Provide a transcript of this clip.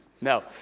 No